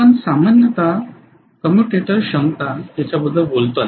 आपण सामान्यतः कम्म्यूटेटर क्षमता याच्याबद्दल बोलतो आहे